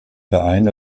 verein